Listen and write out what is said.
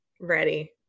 ready